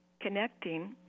connecting